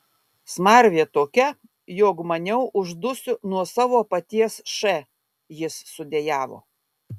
smarvė tokia jog maniau uždusiu nuo savo paties š jis sudejavo